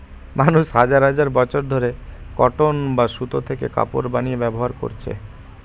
মানুষ হাজার হাজার বছর ধরে কটন বা সুতো থেকে কাপড় বানিয়ে ব্যবহার করছে